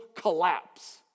collapse